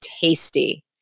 tasty